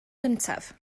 gyntaf